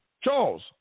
Charles